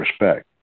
respect